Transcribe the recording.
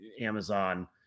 Amazon